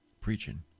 preaching